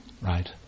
right